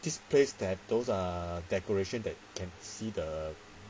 this place that those are declaration that can see the